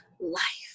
life